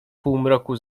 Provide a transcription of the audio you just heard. półmroku